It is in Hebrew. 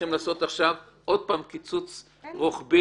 צריכים לעשות עכשיו עוד פעם קיצוץ רוחבי